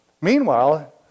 Meanwhile